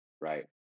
Right